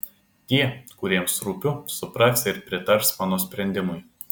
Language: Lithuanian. tie kuriems rūpiu supras ir pritars mano sprendimui